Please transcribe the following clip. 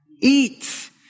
Eat